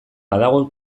badago